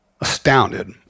astounded